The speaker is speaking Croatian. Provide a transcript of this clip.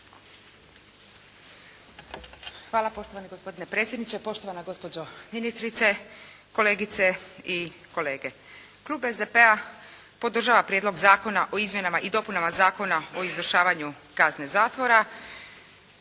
Hvala poštovani gospodine predsjedniče, poštovana gospođo ministrice, kolegice i kolege. Klub SDP-a podržava Prijedlog zakona o izmjenama i dopunama Zakona o izvršavanju kazne zatvora